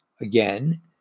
again